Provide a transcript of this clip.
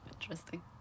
interesting